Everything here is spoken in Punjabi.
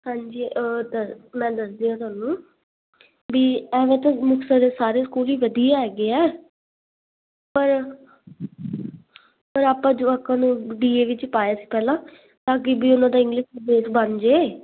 ਹਾਂਜੀ ਮੈਂ ਦੱਸਦੀ ਆਹਾਂ ਤੁਹਾਨੂੰ ਵੀ ਐਵੇਂ ਤਾਂ ਮੁਕਤਸਰ ਦੇ ਸਾਰੇ ਸਕੂਲ ਹੀ ਵਧੀਆ ਹੈਗੇ ਆ ਪਰ ਪਰ ਆਪਾਂ ਜੁਆਕਾਂ ਆਪਾਂ ਨੂੰ ਡੀ ਏ ਵੀ ਵਿੱਚ ਪਾਇਆ ਸੀ ਪਹਿਲਾਂ ਤਾਂ ਅੱਗੇ ਵੀ ਉਹਨਾਂ ਦਾ ਇੰਗਲਿਸ਼ ਬੇਸ ਬਣ ਜਾਏ